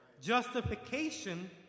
Justification